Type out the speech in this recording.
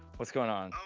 what's going on? oh,